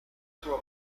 sua